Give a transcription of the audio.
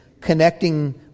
connecting